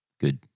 good